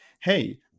hey